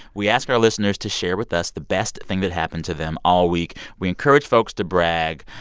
we ask our listeners to share with us the best thing that happened to them all week. we encourage folks to brag.